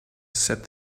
said